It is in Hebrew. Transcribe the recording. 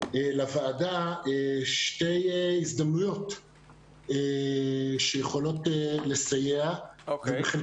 אני רוצה להציע לוועדה שתי הזדמנויות שיכולות לסייע וחלק